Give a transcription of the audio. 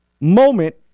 moment